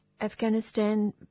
Afghanistan